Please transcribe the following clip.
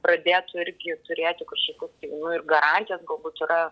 pradėtų irgi turėti kažkokių tai nu ir garantijas galbūt yra